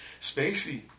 spacey